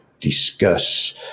discuss